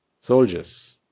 Soldiers